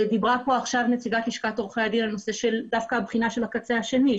דיברה כאן עכשיו נציגת לשכת עורכי הדין על הבחינה של הקצה השני,